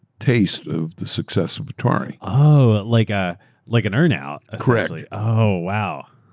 taste of the success of atari. oh, like ah like an earn out. ah correct. like oh, wow,